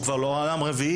הוא כבר לא עולם רביעי.